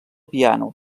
piano